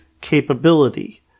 capability